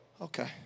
Okay